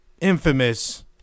infamous